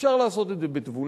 אפשר לעשות את זה בתבונה,